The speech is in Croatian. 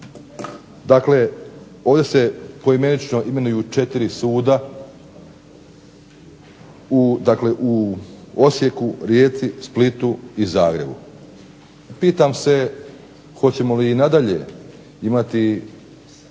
dakle ovdje se poimenično imenuju četiri suda, dakle u Osijeku, Rijeci, Splitu i Zagrebu, pitam se hoćemo li i nadalje imati